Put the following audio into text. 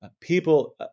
people